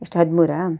ಎಷ್ಟು ಹದಿಮೂರಾ